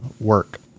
work